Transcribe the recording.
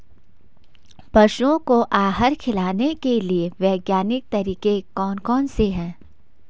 पशुओं को आहार खिलाने के लिए वैज्ञानिक तरीके कौन कौन से हैं?